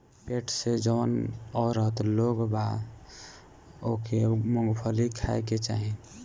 पेट से जवन औरत लोग बा ओके मूंगफली खाए के चाही